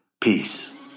Peace